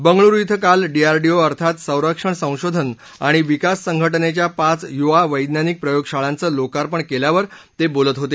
बंगळूरु इथं काल डीआरडीओ अर्थात संरक्षण संशोधन आणि विकास संघ जेच्या पाच युवा वैज्ञानिक प्रयोगशाळांचं लोकार्पण केल्यावर ते बोलत होते